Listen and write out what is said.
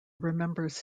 remembers